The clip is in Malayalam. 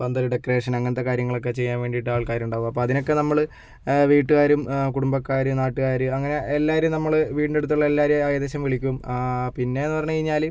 പന്തൽ ഡെക്കറേഷൻ അങ്ങനത്തെ കാര്യങ്ങളൊക്കെ ചെയ്യാൻ വേണ്ടിയിട്ട് ആൾക്കാരുണ്ടാവും അപ്പോൾ അതിനൊക്കെ നമ്മൾ വീട്ടുകാരും കുടുംബക്കാർ നാട്ടുകാർ അങ്ങനെ എല്ലാവരേയും നമ്മൾ വീട്ടിൻ്റടുത്തുള്ള എല്ലാവരേയും എകദേശം വിളിക്കും പിന്നെയെന്ന് പറഞ്ഞു കഴിഞ്ഞാൽ